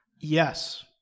Yes